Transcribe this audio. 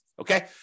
okay